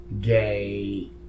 gay